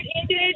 ended